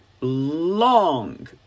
long